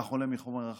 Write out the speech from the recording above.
כך עולה מחומר החקירה,